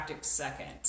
second